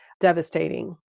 devastating